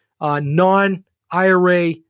non-IRA